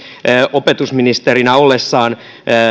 opetusministerinä ollessaan